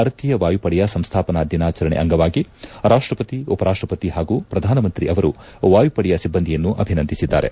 ಭಾರತೀಯ ವಾಯುಪಡೆಯ ಸಂಸ್ಥವನಾ ದಿನಾಚರಣೆ ಅಂಗವಾಗಿ ರಾಷ್ಟಪತಿ ಉಪರಾಷ್ಟಪತಿ ಹಾಗೂ ಪ್ರಧಾನಮಂತ್ರಿ ಅವರು ವಾಯುಪಡೆಯ ಸಿಬ್ಬಂದಿಯನ್ನು ಅಭಿನಂದಿಸಿದ್ದಾರೆ